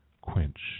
Quench